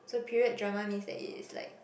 so period drama means that it is like